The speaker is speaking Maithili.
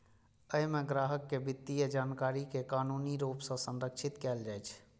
अय मे ग्राहक के वित्तीय जानकारी कें कानूनी रूप सं संरक्षित कैल जाइ छै